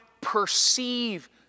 perceive